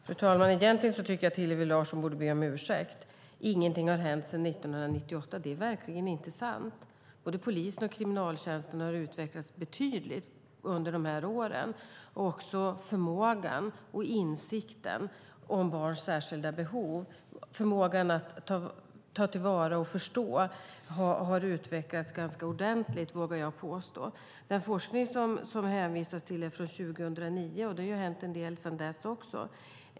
Fru talman! Egentligen tycker jag att Hillevi Larsson borde be om ursäkt. Ingenting har hänt sedan 1998, säger hon. Det är verkligen inte sant. Både polisen och Kriminalvården har utvecklats betydligt under de här åren. Även insikten om barns särskilda behov och förmågan att ta till vara och förstå har utvecklats ganska ordentligt, vågar jag påstå. Den forskning som hänvisas till är från 2009, och det har ju hänt en del sedan dess också.